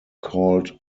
called